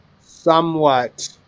somewhat